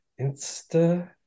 Insta